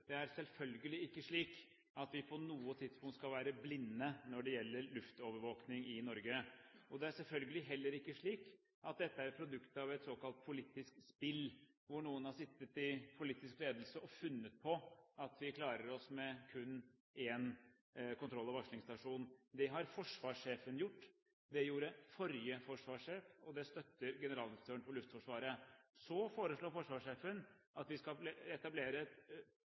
Det er selvfølgelig ikke slik at vi på noe tidspunkt skal være blinde når det gjelder luftovervåkning i Norge, og det er selvfølgelig heller ikke slik at dette er et produkt av et såkalt politisk spill, hvor noen har sittet i politisk ledelse og funnet på at vi klarer oss med kun én kontroll- og varslingsstasjon. Det har forsvarssjefen gjort, det gjorde forrige forsvarssjef, og det støtter Generalinspektøren for Luftforsvaret. Så foreslo forsvarssjefen at vi skal etablere et